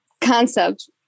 concept